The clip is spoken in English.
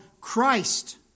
Christ